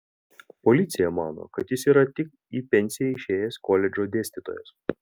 policija mano kad jis yra tik į pensiją išėjęs koledžo dėstytojas